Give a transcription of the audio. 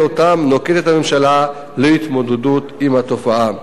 שאותן נוקטת הממשלה להתמודדות עם התופעה.